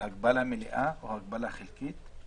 על הגבלה מלאה או הגבלה חלקית,